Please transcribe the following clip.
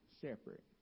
separate